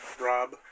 Rob